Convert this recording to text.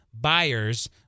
buyers